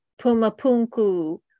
Pumapunku